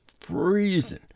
freezing